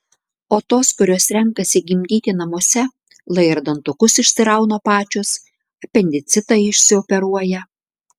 o tos kurios renkasi gimdyti namuose lai ir dantukus išsirauna pačios apendicitą išsioperuoja